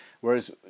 Whereas